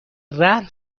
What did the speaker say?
رهن